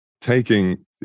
taking